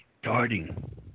starting